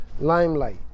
limelight